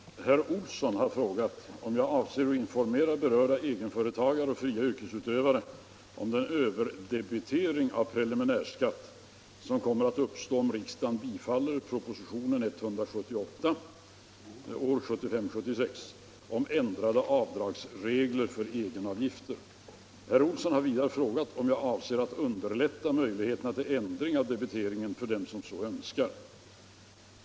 Fru talman! Herr Olsson i Järvsö har frågat mig om jag avser att informera berörda egenföretagare och fria yrkesutövare om den överdebitering av preliminär skatt som kommer att uppstå om riksdagen bifaller propositionen 1975/76:178 om ändrade avdragsregler för egenavgifter. Herr Olsson har vidare frågat om jag avser att underlätta möjligheterna till ändring av debiteringen för dem som så önskar.